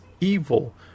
evil